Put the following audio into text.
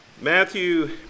Matthew